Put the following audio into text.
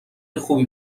خوبی